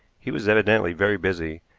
he was evidently very busy,